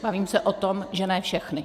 Bavím se o tom, že ne všechny.